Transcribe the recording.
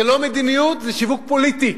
זו לא מדיניות, זה שיווק פוליטי,